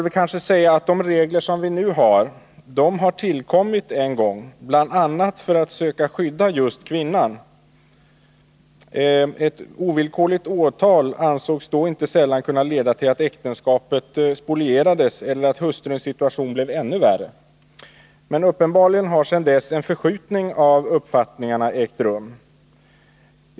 Man bör kanske säga att de nuvarande reglerna en gång har tillkommit för att bl.a. söka skydda just kvinnan. Ett ovillkorligt åtal ansågs då inte sällan kunna leda till att äktenskapet spolierades eller att hustruns situation blev ännu värre. Uppenbarligen har sedan dess en förskjutning av uppfattningarna ägt rum.